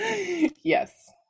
Yes